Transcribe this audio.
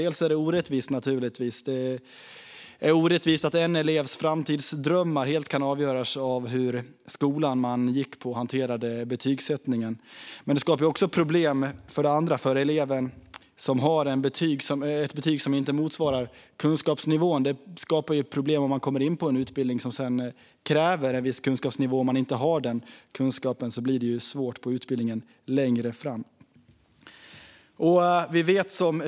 Dels är det givetvis orättvist att en elevs framtidsdrömmar kan avgöras av hur skolan hanterar betygsättningen. Dels skapar det problem för den elev som har ett betyg som inte motsvarar kunskapsnivån och som kommer in på en utbildning som kräver en kunskapsnivå som eleven saknar. Då kan det bli svårt på utbildningen längre fram. Herr talman!